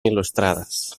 il·lustrades